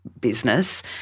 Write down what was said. business